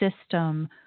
system